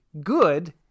good